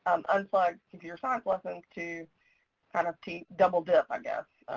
um unplugged computer science lessons to kind of teach double dip, i guess,